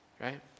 Right